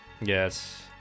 Yes